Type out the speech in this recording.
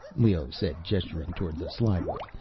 leoh said, gesturing toward the slideway,